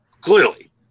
clearly